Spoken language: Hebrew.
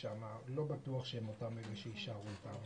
לא בטוח שיהיו אלה שיישארו איתנו,